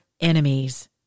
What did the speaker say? enemies